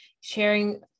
sharing